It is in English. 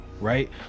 right